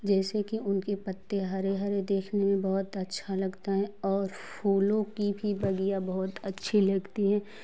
जैसे की उनके हरे हरे पत्ते देखने में बहुत अच्छा लगता है और फूलों की भी कलियाँ बहुत अच्छी लगती हैं